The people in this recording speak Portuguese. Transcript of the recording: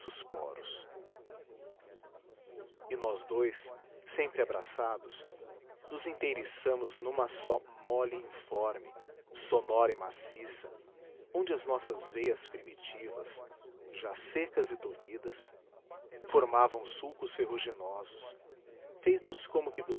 nossos poros e nós dois sempre abraçados nos inteiriçamos numa só mole informe sonora e maciça onde as nossas veias primitivas já secas e tolhidas formavam sulcos ferruginosos feitos como que